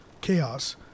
Chaos